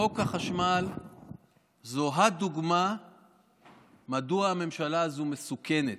חוק החשמל זו הדוגמה מדוע הממשלה הזו מסוכנת.